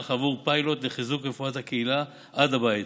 בעבור פיילוט לחיזוק רפואת הקהילה עד הבית.